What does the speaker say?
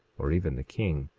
or even the king